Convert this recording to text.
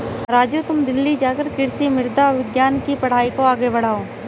राजू तुम दिल्ली जाकर कृषि मृदा विज्ञान के पढ़ाई को आगे बढ़ाओ